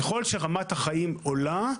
ככל שרמת החיים עולה,